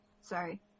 Sorry